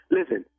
Listen